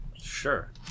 Sure